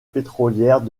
pétrolières